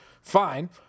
fine